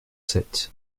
sept